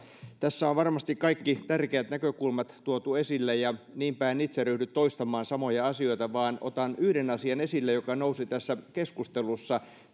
tässä on varmasti kaikki tärkeät näkökulmat tuotu esille ja niinpä en itse ryhdy toistamaan samoja asioita vaan otan esille yhden asian joka nousi tässä keskustelussa